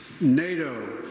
NATO